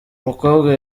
mukobwa